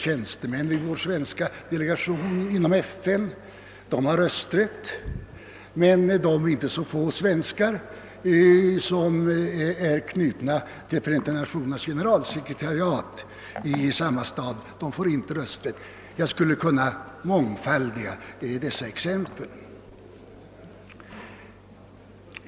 Tjänstemännen vid vår svenska delegation inom FN har rösträtt men de svenskar som är knutna till Förenta Nationernas generalsekretariat kommer i allmänhet inte att få rösträtt enligt utskottsförslaget. Jag skulle kunna mångfaldiga dessa exempel.